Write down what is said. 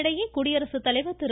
இதனிடையே குடியரசுத்தலைவர் திரு